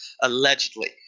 allegedly